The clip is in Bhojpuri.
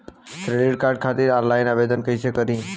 क्रेडिट कार्ड खातिर आनलाइन आवेदन कइसे करि?